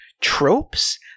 tropes